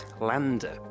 Lander